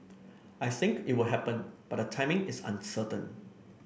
I think it will happen but the timing is uncertain